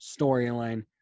storyline